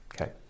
Okay